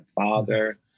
father